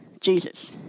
Jesus